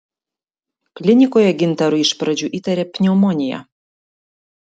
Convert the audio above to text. klinikoje gintarui iš pradžių įtarė pneumoniją